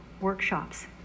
workshops